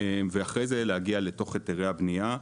ואחרי זה נגיע לתוך היתרי הבנייה.